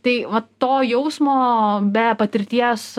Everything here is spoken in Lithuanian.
tai vat to jausmo be patirties